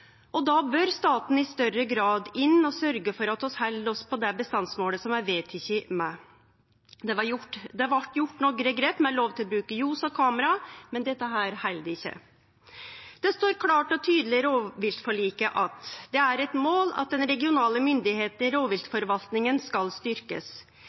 bør staten i større grad inn og sørgje for at vi held oss på det bestandsmålet som er vedteke også. Det vart gjort nokre grep med lov til å bruke ljos og kamera, men dette held ikkje. Det står klart og tydeleg i rovviltforliket: «Det er et mål at den regionale